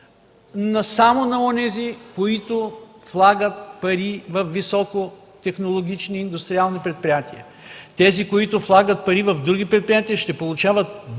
но само на онези, които влагат пари във високотехнологични индустриални предприятия. Тези, които влагат пари в други предприятия, ще получават при